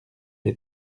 les